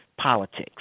politics